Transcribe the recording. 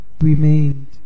remained